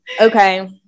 Okay